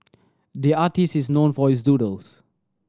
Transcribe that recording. the artist is known for his doodles